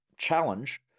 challenge